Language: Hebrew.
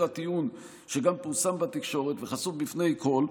שגם פורסם בתקשורת וחשוף בפני כול,